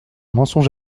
mensonge